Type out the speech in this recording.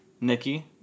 Nikki